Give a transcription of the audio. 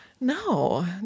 No